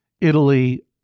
Italy